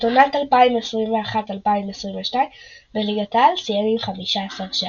את עונת 2021/2022 בליגת העל סיים עם 15 שערים.